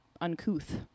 uncouth